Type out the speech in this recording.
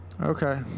Okay